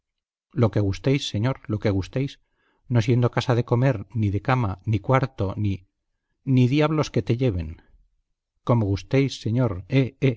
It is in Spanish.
lo que gustéis señor lo que gustéis no siendo cosa de comer ni de cama ni cuarto ni ni diablos que te lleven como gustéis señor